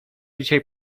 dzisiaj